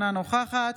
אינה נוכחת